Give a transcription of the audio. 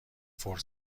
فور